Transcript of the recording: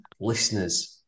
listeners